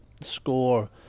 score